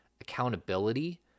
accountability